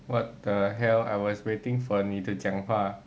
what the hell I was waiting for 你的讲话